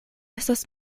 estas